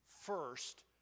First